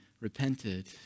repented